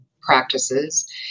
practices